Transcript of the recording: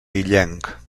illenc